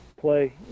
play